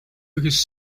his